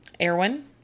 Erwin